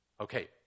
Okay